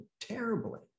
terribly